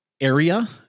area